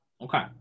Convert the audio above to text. Okay